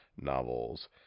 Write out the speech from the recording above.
novels